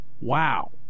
Wow